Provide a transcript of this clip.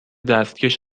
دستکش